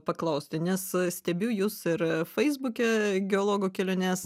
paklausti nes stebiu jus ir feisbuke geologo keliones